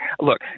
look